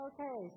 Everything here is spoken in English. Okay